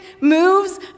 moves